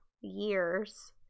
years